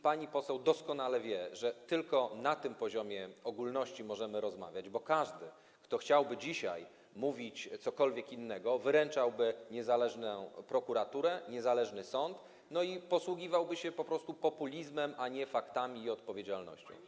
Pani poseł doskonale wie, że tylko na tym poziomie ogólności możemy rozmawiać, bo każdy, kto chciałby dzisiaj mówić cokolwiek innego, wyręczałby niezależną prokuraturę, niezależny sąd i posługiwałby się po prostu populizmem, a nie faktami i odpowiedzialnością.